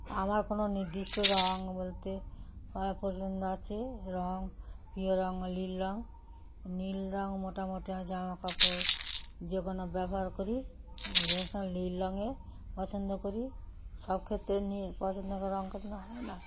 আমার কোনো নির্দিষ্ট রং বলতে পছন্দ হচ্ছে রং প্রিয় রং নীল রং নীল রং মোটা মোটা জামাকাপড় যেগুলো ব্যবহার করি ওগুলো সব নীল রংয়ের পছন্দ করি সব ক্ষেত্রে নীল পছন্দ রং তো কোনোদিনও হয় না